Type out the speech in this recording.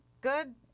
good